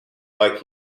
like